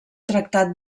tractat